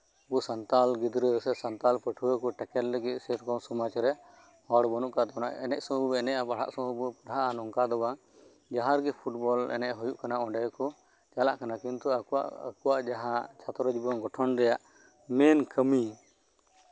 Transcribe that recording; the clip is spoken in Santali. ᱟᱵᱩ ᱥᱟᱱᱛᱟᱞ ᱜᱤᱫᱽᱨᱟᱹ ᱥᱮ ᱥᱟᱱᱛᱟᱞ ᱯᱟᱹᱴᱷᱣᱟᱹ ᱠᱚ ᱴᱮᱠᱮᱞ ᱞᱟᱹᱜᱤᱫ ᱥᱮᱨᱚᱠᱚᱢ ᱥᱚᱢᱟᱡ ᱨᱮ ᱦᱚᱲ ᱵᱟᱹᱱᱩᱜ ᱠᱟᱜ ᱵᱚᱱᱟ ᱮᱱᱮᱡ ᱥᱚᱢᱚᱭ ᱵᱚᱱ ᱮᱱᱮᱡᱼᱟ ᱯᱟᱲᱦᱟᱜ ᱥᱚᱢᱚᱭ ᱵᱚᱱ ᱯᱟᱲᱦᱟᱜᱼᱟ ᱱᱚᱝᱠᱟ ᱫᱚ ᱵᱟᱝ ᱡᱟᱦᱟᱸ ᱨᱮᱜᱮ ᱯᱷᱩᱴᱵᱚᱞ ᱮᱱᱮᱡ ᱦᱩᱭᱩᱜ ᱠᱟᱱᱟ ᱚᱸᱰᱮ ᱜᱮᱠᱚ ᱪᱟᱞᱟᱜ ᱠᱟᱱᱟ ᱟᱠᱚᱣᱟᱜ ᱟᱠᱚᱣᱟᱜ ᱡᱟᱦᱟᱸ ᱪᱷᱟᱛᱨᱚ ᱡᱤᱵᱚᱱ ᱜᱚᱴᱷᱚᱱ ᱨᱮ ᱢᱮᱱ ᱠᱟᱹᱢᱤ